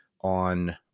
on